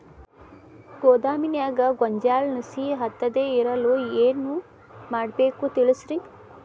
ಗೋದಾಮಿನ್ಯಾಗ ಗೋಂಜಾಳ ನುಸಿ ಹತ್ತದೇ ಇರಲು ಏನು ಮಾಡಬೇಕು ತಿಳಸ್ರಿ